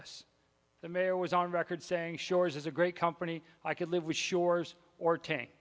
us the mayor was on record saying shores is a great company i could live with shores or tank